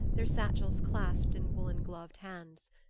their satchels clasped in woollen-gloved hands.